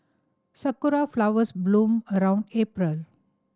sakura flowers bloom around April